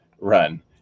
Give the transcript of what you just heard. run